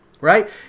right